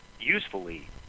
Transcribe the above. usefully